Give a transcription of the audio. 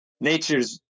Nature's